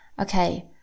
okay